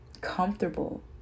comfortable